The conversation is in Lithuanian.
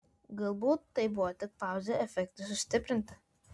galbūt tai buvo tik pauzė efektui sustiprinti